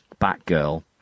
batgirl